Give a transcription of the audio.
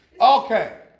Okay